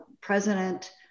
President